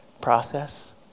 process